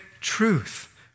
truth